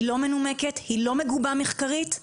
לא מנומקת ולא מגובה מחקרית.